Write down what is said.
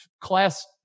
Class